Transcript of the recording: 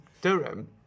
Durham